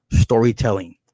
storytelling